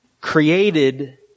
created